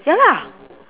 ya lah